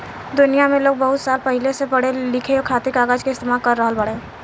दुनिया में लोग बहुत साल पहिले से पढ़े लिखे खातिर कागज के इस्तेमाल कर रहल बाड़े